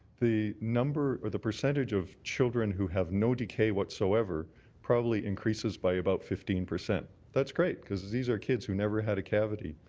the number or the percentage of children who have no decay whatsoever probably increases by about fifteen. that's great, because these are kids who never had a cavity.